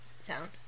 sound